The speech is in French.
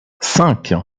cinq